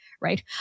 right